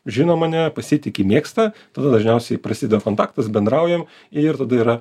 žino mane pasitiki mėgsta tada dažniausiai prasideda kontaktas bendraujam ir tada yra